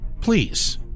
Please